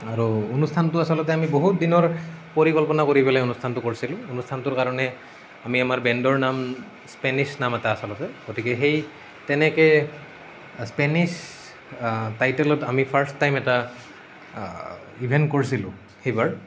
আৰু অনুষ্ঠানটো আচলতে আমি বহুত দিনৰ পৰিকল্পনা কৰি পেলাই অনুষ্ঠানটো কৰিছিলোঁ অনুষ্ঠানটোৰ কাৰণে আমি আমাৰ বেণ্ডৰ নাম স্পেনিছ নাম এটা আচলতে গতিকে সেই তেনেকৈ স্পেনিছ টাইটেলত আমি ফাৰ্ষ্ট টাইম এটা ইভেণ্ট কৰিছিলোঁ সেইবাৰ